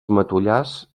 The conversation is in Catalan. matollars